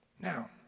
Now